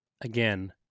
again